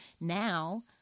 now